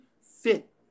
fit